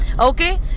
okay